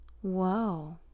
Whoa